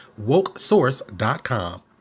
WokeSource.com